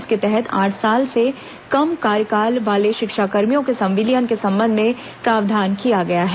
इसके तहत आठ साल से कम कार्यकाल वाले शिक्षाकर्मियों के संविलियन के संबंध में प्रावधान किया गया है